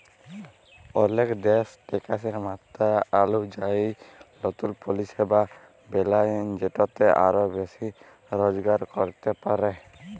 অলেক দ্যাশ ট্যাকসের মাত্রা অলুজায়ি লতুল পরিষেবা বেলায় যেটতে আরও বেশি রজগার ক্যরতে পারে